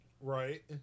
Right